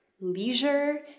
leisure